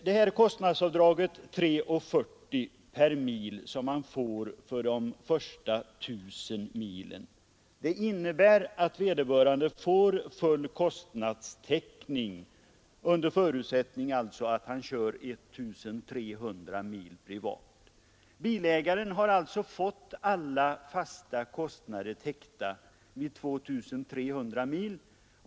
Det avdrag på 3:40 per mil som får göras för de första 1 000 milen ger full kostnadstäckning under förutsättning att bilen körs 1 300 mil i privatresor. Bilägaren har alltså därmed fått alla fasta kostnader täckta vid 2 300 mil.